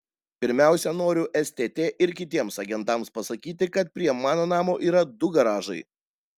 pirmiausia noriu stt ir kitiems agentams pasakyti kad prie mano namo yra du garažai